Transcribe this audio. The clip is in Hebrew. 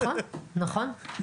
נכון, נכון.